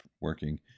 working